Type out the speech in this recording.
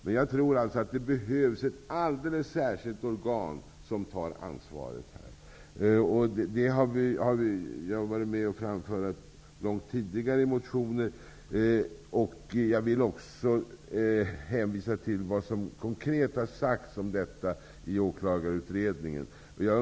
Det behövs ett alldeles särskilt organ som tar ansvaret. Det har jag varit med om att framföra långt tidigare i motioner. Jag vill också hänvisa till vad som konkret har sagts om detta i Åklagarutredningen.